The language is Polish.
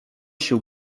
się